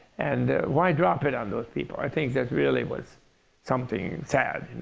and why drop it on those people? i think that really was something sad,